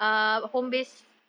oh